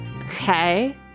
okay